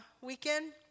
weekend